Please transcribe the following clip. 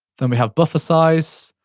then we have buffer size.